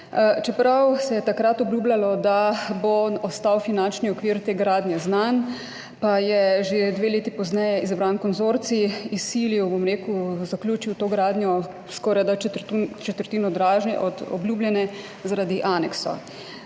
Čeprav se je takrat obljubljalo, da bo ostal finančni okvir te gradnje znan, pa je že dve leti pozneje izbran konzorcij izsilil in, bom rekla, zaključil to gradnjo, ki je skoraj četrtino dražja od obljubljene zaradi aneksa.